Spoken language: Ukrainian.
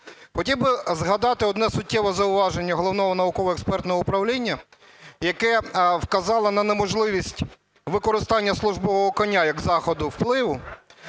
Хотів би згадати одне суттєве зауваження Головного науково-експертного управління, яке вказало на неможливість використання службового коня як заходу впливу.